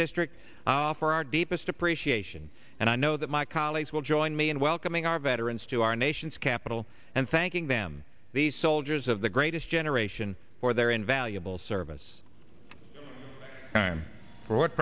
district for our deepest appreciation and i know that my colleagues will join me in welcoming our veterans to our nation's capital and thanking them the soldiers of the greatest generation for their invaluable service